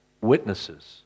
witnesses